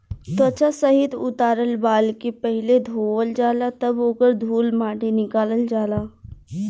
त्वचा सहित उतारल बाल के पहिले धोवल जाला तब ओकर धूल माटी निकालल जाला